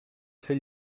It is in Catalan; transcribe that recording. ser